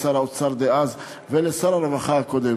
שר האוצר דאז ושר הרווחה הקודם,